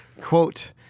Quote